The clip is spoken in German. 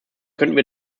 könnten